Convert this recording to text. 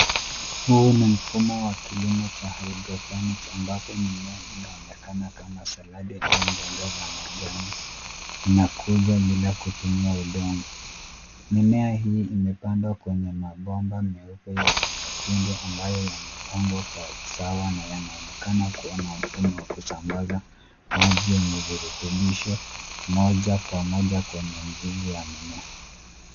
Huu ni mfumo wa kilimo cha hydroponics ambapo mimea inaonekana kama saladi au mboga za majani, inakuzwa bila kutumia udongo. Mimea hii imepandwa kwenye mabomba meupe yenye matundu ambayo yamepangwa kwa usawa na yanaonekana kuwa na mfumo wa kusambaza maji yenye virutumisho moja kwa moja kwenye mzizi ya mimea.